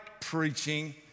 preaching